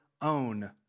own